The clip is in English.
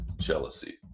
jealousy